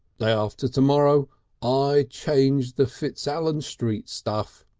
day after tomorrow i change the fitzallan street stuff.